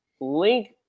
link